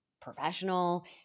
professional